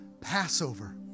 Passover